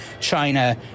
china